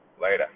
later